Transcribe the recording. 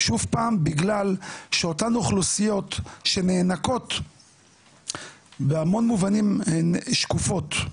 שוב פעם בגלל שאותן אוכלוסיות שנאנקות בהמון מובנים הן שקופות,